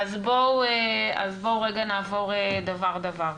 אז בואו רגע נעבור דבר דבר.